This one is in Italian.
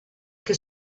che